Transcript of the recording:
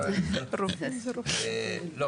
לא